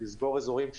לסגור אזורים לדייג,